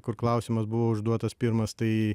kur klausimas buvo užduotas pirmas tai